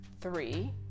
Three